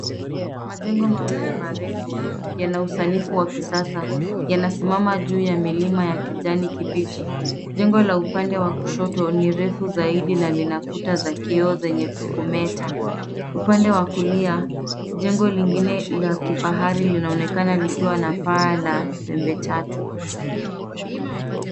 Majengo mawili marefu, yana usanifu wa kisasa. Yanasimama juu ya milima ya kijani kibichi. Jengo la upande wa kushoto ni refu zaidi na linakuta za kioo zenye kumeta. Upande wa kulia, jengo lingine la kifahari linaonekana likiwa na paa la pembe tatu.